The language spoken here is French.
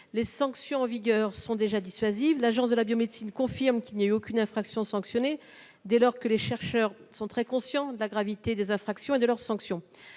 Les sanctions en vigueur sont déjà dissuasives : l'Agence de la biomédecine confirme qu'aucune infraction n'a été sanctionnée, dès lors que les chercheurs sont très conscients de la gravité des infractions et de leurs sanctions.